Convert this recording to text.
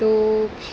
दोश